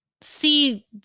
see